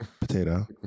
Potato